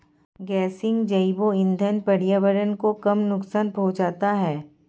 गेसिंग जैव इंधन पर्यावरण को कम नुकसान पहुंचाता है